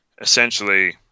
essentially